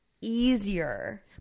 easier